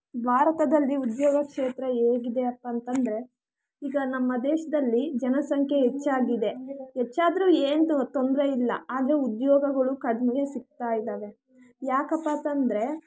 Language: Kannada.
ಭಾರತದಲ್ಲಿ ಉದ್ಯೋಗ ಕ್ಷೇತ್ರ ಹೇಗಿದ್ಯಪ್ಪಾ ಅಂತ ಅಂದರೆ ಈಗ ನಮ್ಮ ದೇಶದಲ್ಲಿ ಜನಸಂಖ್ಯೆ ಹೆಚ್ಚಾಗಿದೆ ಹೆಚ್ಚಾದ್ರೂ ಏನು ತೊಂದ್ರೆಯಿಲ್ಲ ಆದರೆ ಉದ್ಯೋಗಗಳು ಕಡಿಮೆ ಸಿಗ್ತಾಯಿದ್ದಾವೆ ಯಾಕಪ್ಪಾ ಅಂತಂದ್ರೆ